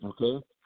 Okay